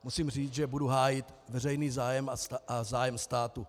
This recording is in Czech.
Musím říct, že budu hájit veřejný zájem a zájem státu.